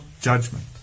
judgment